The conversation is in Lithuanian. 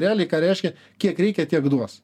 realiai ką reiškia kiek reikia tiek duos